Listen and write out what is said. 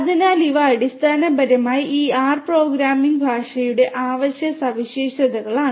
അതിനാൽ ഇവ അടിസ്ഥാനപരമായി ഈ ആർ പ്രോഗ്രാമിംഗ് ഭാഷയുടെ അവശ്യ സവിശേഷതകളാണ്